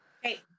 hey